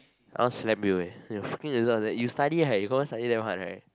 I wanna slam you eh your fucking result like that you study hard you confirm study damn hard right